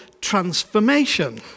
transformation